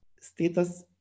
status